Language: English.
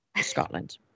Scotland